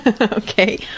Okay